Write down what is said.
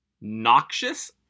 Noxious